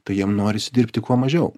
tai jam norisi dirbti kuo mažiau